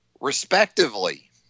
respectively